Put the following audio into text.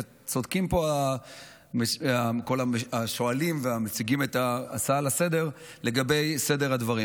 וצודקים פה השואלים והמציגים את ההצעה לסדר-היום לגבי סדר הדברים.